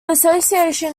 association